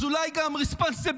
אז אולי גם responsibility.